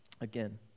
Again